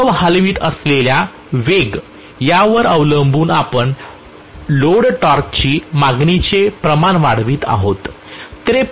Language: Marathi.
द्रव हलवित असलेल्या वेग यावर अवलंबून आपण लोड टॉर्कची मागणीचे प्रमाण वाढत आहोत